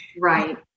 Right